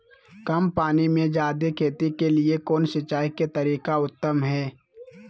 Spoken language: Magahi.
कम पानी में जयादे खेती के लिए कौन सिंचाई के तरीका उत्तम है?